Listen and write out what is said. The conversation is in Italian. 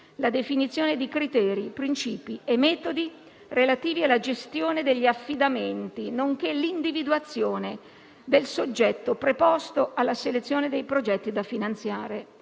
la definizione di criteri principi e metodi relativi alla gestione degli affidamenti, nonché l'individuazione del soggetto preposto alla selezione dei progetti da finanziare».